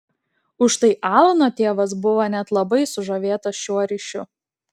užtai alano tėvas buvo net labai sužavėtas šiuo ryšiu